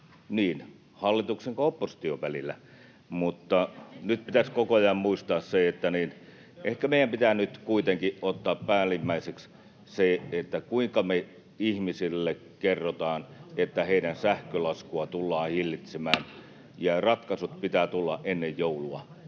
niin hallituksen kuin opposition välillä. Mutta nyt pitäisi koko ajan muistaa, että ehkä meidän pitää nyt kuitenkin ottaa päällimmäiseksi se, kuinka me ihmisille kerrotaan, että heidän sähkölaskujaan tullaan hillitsemään, ja ratkaisut pitää tulla ennen joulua.